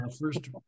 first